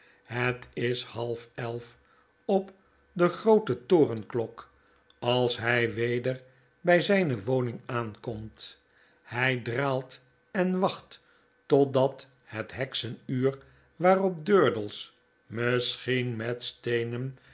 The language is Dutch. het is half elf op de groote torenklok als hij weder bij zijne woning aankomt hij draalt en wacht totdat het heksenuur waarop durdels misschien met steenen